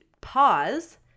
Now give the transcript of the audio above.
pause